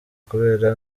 kubera